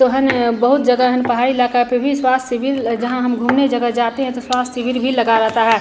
तो है ना बहुत जगह है ना पहाड़ी इलाक़े पर भी स्वास्थ्य शिविर जहाँ हम घूमने जगह जाते हैं तो स्वास्थ्य शिविर भी लगा रहता है